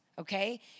okay